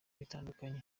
bitandukanye